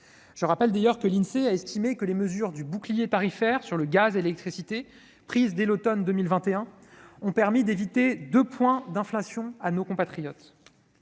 Je rappelle d'ailleurs que l'Insee a estimé que les mesures du « bouclier tarifaire » sur le gaz et l'électricité prises dès l'automne dernier ont permis d'éviter 2 points d'inflation à nos compatriotes.